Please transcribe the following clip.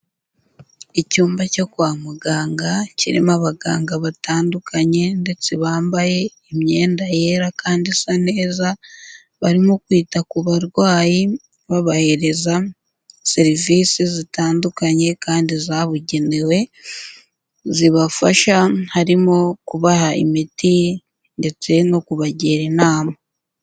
Icyumba cyo kwa muganga kirimo abaganga batandukanye ndetse bambaye imyenda yera kandi isa neza, barimo kwita ku barwayi babahereza serivisi zitandukanye kandi zabugenewe zibafasha, harimo kubaha imiti ndetse no kubagira inama.